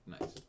Nice